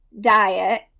diet